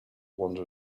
wander